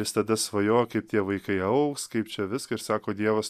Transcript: jis tada svajokit tie vaikai augs kaip čia viską ir sako dievas